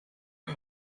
ati